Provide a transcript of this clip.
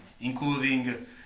including